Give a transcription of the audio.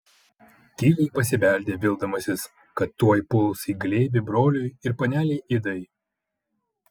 tyliai pasibeldė vildamasis kad tuoj puls į glėbį broliui ir panelei idai